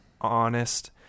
honest